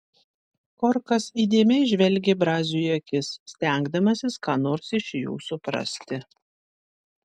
korkas įdėmiai žvelgė braziui į akis stengdamasis ką nors iš jų suprasti